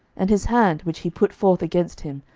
and his hand, which he put forth against him,